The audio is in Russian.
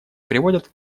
приводят